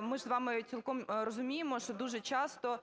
ми ж з вами цілком розуміємо, що дуже часто,